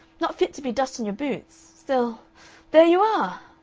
not fit to be dust on your boots. still there you are!